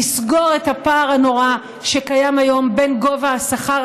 לסגור את הפער הנורא שקיים היום בין השכר